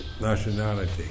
nationality